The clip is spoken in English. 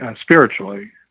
spiritually